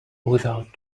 without